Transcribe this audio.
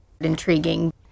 intriguing